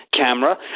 camera